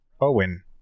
Owen